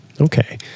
Okay